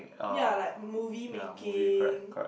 ya like movie making